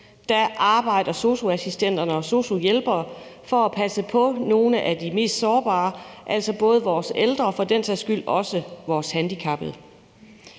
arbejder sosu-assistenterne og sosu-hjælperne for at passe på nogle af de mest sårbare, altså både vores ældre og for den sags skyld også vores handicappede.